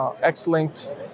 X-linked